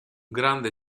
grande